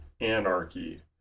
anarchy